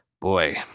boy